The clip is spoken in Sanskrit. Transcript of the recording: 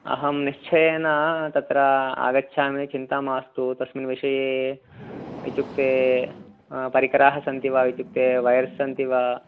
अहं निश्चयेन तत्र आगच्छामि चिन्ता मास्तु तस्मिन् विषये इत्युक्ते परिकराः सन्ति वा इत्युक्ते वयर्स् सन्ति वा